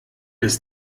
ist